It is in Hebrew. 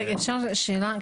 רגע, אפשר שאלה?